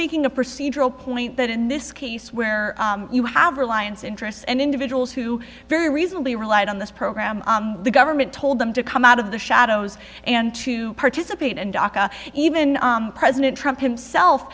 making a procedural point that in this case where you have reliance interests and individuals who very reasonably relied on this program the government told them to come out of the shadows and to participate in dhaka even president trump himself